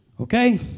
okay